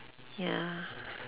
ya